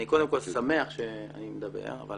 אני שמח שאני מדבר אבל